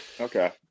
Okay